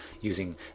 using